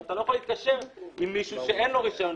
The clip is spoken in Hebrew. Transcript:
אתה לא יכול להתקשר עם מישהו שאין לו רישיון.